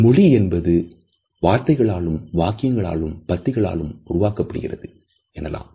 ஒரு மொழி என்பது வார்த்தைகளாலும் வாக்கியங்களாலும் பத்தி களாலும் உருவாக்கப்படுகிறது எனலாம்